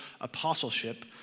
apostleship